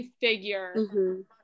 figure